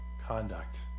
Conduct